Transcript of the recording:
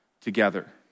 together